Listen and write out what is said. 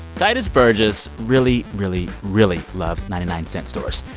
tituss burgess really, really, really loves ninety nine cents stores.